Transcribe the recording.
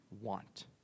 want